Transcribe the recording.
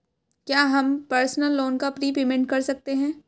क्या हम personal loan का प्रीपेमेंट कर सकते हैं?